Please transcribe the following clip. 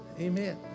Amen